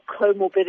comorbidity